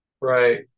Right